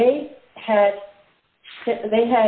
they had they